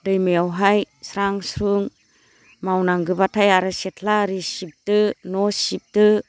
दैमायावहाय स्रां स्रुं मावनांगोब्लाथाय आरो सेथ्ला आरि सिबदो न' सिबदो